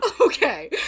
Okay